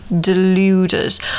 deluded